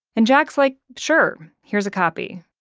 and jack's like, sure, here's a copy.